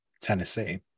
Tennessee